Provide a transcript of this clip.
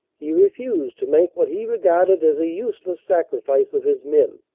he refused to make what he regarded as a useless sacrifice of his men,